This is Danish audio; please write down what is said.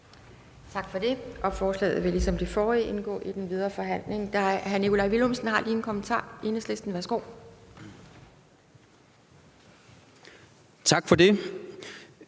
Tak for det.